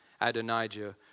Adonijah